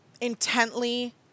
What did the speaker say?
intently